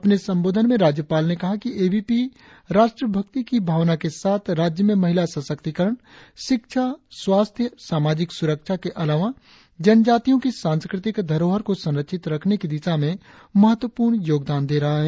अपने संबोधन में राज्यपाल ने कहा कि ए वी पी राष्ट्रभक्ति की भावना के साथ राज्य में महिला सशक्तिकरण शिक्षा स्वास्थ्य सामाजिक सुरक्षा के अलावा जनजातियो की सास्कृतिक धरोहर को संरक्षित रखने की दिशा में महत्वपूर्ण योगदान दे रहा है